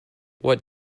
what